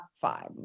Five